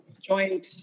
joined